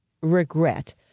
regret